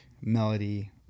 melody